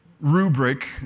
rubric